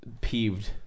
peeved